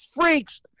freaks